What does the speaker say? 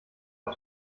auf